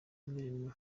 imirimo